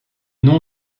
nom